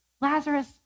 Lazarus